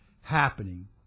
happening